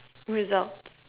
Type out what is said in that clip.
without